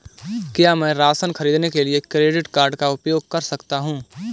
क्या मैं राशन खरीदने के लिए क्रेडिट कार्ड का उपयोग कर सकता हूँ?